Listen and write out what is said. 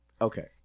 Okay